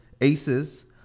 aces